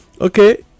Okay